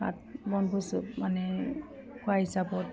তাত বনভোজ মানে খোৱাৰ হিচাপত